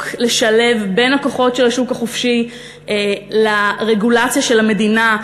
לשלב בין הכוחות של השוק החופשי לרגולציה של המדינה,